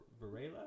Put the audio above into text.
Varela